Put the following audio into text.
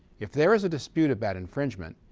if there is a dispute about infringement,